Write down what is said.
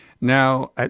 Now